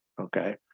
okay